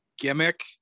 gimmick